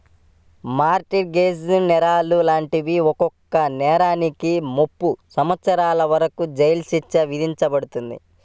mart gauge నేరాలు లాంటి ఒక్కో నేరానికి ముప్పై సంవత్సరాల వరకు జైలు శిక్ష విధించబడుతుంది